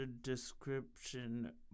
description